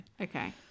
Okay